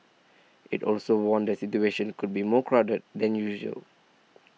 it also warned the stations could be more crowded than usual